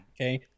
Okay